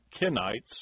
Kenites